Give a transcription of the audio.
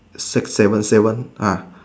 six seven seven ah